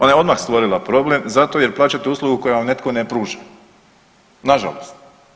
Ona je odmah stvorila problem zato jer plaćate uslugu koju vam netko ne pruža, nažalost.